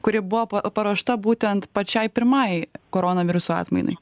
kuri buvo pa paruošta būtent pačiai pirmai koronaviruso atmainai